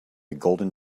golden